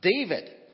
David